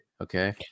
okay